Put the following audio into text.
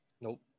Nope